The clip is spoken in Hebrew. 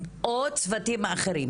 או צוותים אחרים,